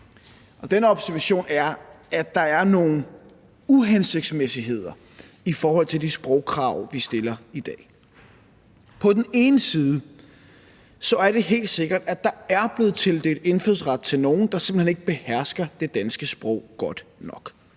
Og den observation er, at der er nogle uhensigtsmæssigheder i forhold til de sprogkrav, vi stiller i dag. På den ene side er det helt sikkert, at der er blevet tildelt indfødsret til nogle, der simpelt hen ikke behersker det danske sprog godt nok.